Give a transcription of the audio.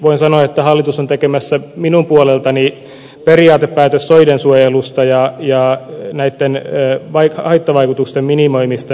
voin sanoa että hallitus on tekemässä minun puoleltani periaatepäätöstä soiden suojelusta ja näitten haittavaikutusten minimoinnista